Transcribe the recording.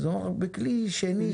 אז הוא אמר: בכלי שני,